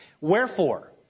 wherefore